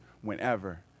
whenever